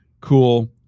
cool